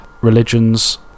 religions